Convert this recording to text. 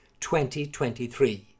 2023